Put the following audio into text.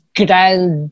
grand